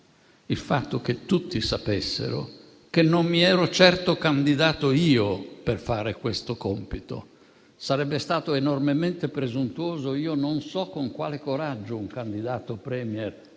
il fatto che tutti sapessero che non mi ero certo candidato io per fare questo compito. Sarebbe stato enormemente presuntuoso. Non so con quale coraggio un candidato *Premier*